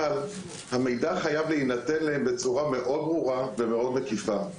אבל המידע חייב להינתן להם בצורה מאוד ברורה ומאוד מקיפה.